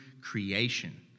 creation